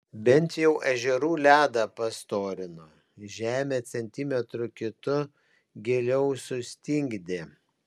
bent jau ežerų ledą pastorino žemę centimetru kitu giliau sustingdė